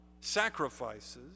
sacrifices